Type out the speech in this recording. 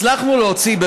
הצלחנו להוציא,